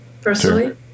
personally